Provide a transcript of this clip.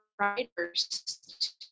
writers